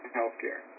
healthcare